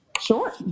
Sure